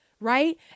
Right